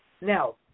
Now